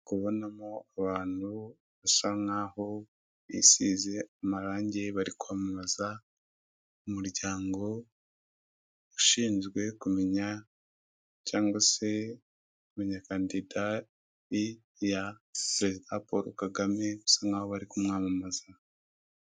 Ndi kubonamo abantu basa nk'aho bisize amarangi, bari kwamamaza umuryango ushinzwe kumenya cyangwa se kumenyekanisha EAC . Paul Kagame basa nk'aho bari kumwamamaza.